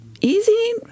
easy